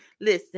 listen